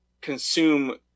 consume